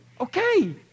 Okay